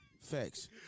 Facts